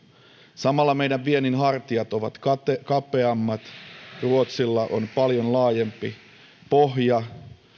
samalla meidän vientimme hartiat ovat kapeammat ruotsilla on paljon laajempi pohja